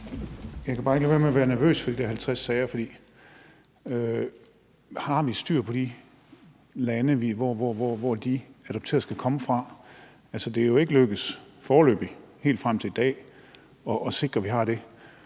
Jeg kan bare ikke lade være med at være nervøs ved de der 50 sager, for har vi styr på de lande, hvor de adopterede skal komme fra. Det er jo ikke lykkedes foreløbig helt frem til i dag at sikre, at vi har det,